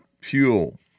fuel